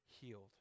healed